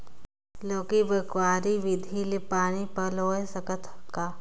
लौकी बर क्यारी विधि ले पानी पलोय सकत का?